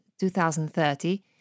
2030